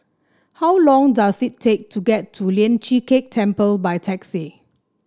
how long does it take to get to Lian Chee Kek Temple by taxi